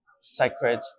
sacred